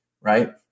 Right